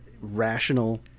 rational